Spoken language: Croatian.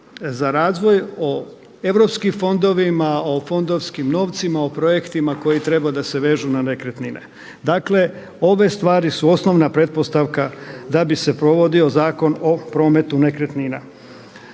za razvoj, o europskim fondovima, o fondovskim novcima, o projektima koji treba da se vežu na nekretnine. Dakle, ove stvari su osnovna pretpostavka da bi se provodio Zakon o prometu nekretnina.